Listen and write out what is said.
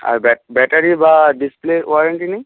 আর battery বা ডিসপ্লের warranty নেই